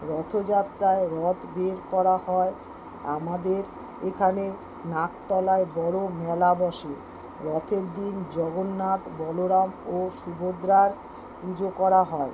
রথযাত্রায় রত বের করা হয় আমাদের এখানে নাকতলায় বড়ো মেলা বসে রথের দিন জগন্নাথ বলরাম ও সুভদ্রার পুজো করা হয়